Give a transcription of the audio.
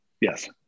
Yes